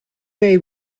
may